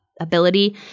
ability